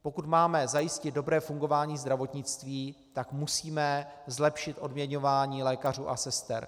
Pokud máme zajistit dobré fungování zdravotnictví, tak musíme zlepšit odměňování lékařů a sester.